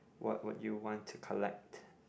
what would you want to collect